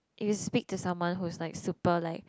you speak to someone who's like super like